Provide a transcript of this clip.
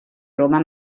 roma